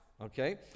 Okay